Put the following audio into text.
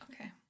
Okay